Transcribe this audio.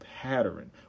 pattern